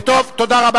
טוב, תודה רבה.